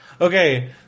Okay